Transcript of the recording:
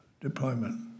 deployment